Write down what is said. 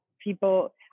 people